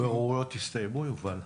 הבוררויות הסתיימו, יובל?